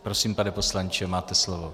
Prosím, pane poslanče, máte slovo.